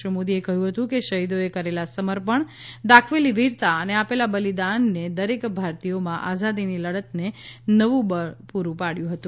શ્રી મોદીએ કહ્યું હતું કે શહીદોએ કરેલા સમર્પણ દાખવેલી વીરતા અને આપેલા બલિદાને દરેક ભારતીયઓમાં આઝાદીની લડતને નવું બળ પૂરું પાડ્યું હતું